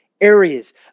areas